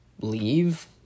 leave